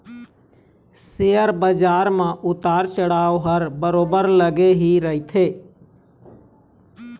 share बजार म उतार चढ़ाव ह बरोबर लगे ही रहिथे